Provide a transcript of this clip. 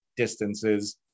distances